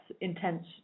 intense